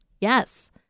yes